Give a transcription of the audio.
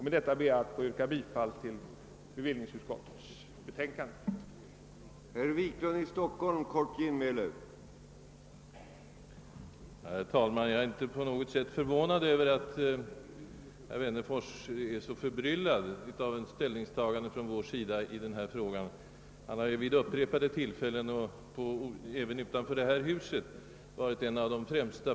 Med dessa ord ber jag att få yrka bifall till bevillningsutskottets hemställan.